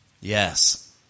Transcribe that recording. Yes